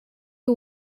who